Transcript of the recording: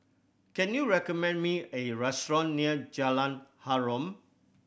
can you recommend me A restaurant near Jalan Harum